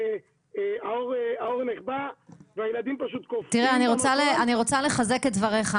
אני רוצה לחזק את דבריך.